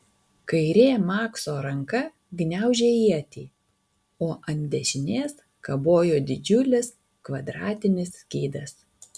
kairė makso ranka gniaužė ietį o ant dešinės kabojo didžiulis kvadratinis skydas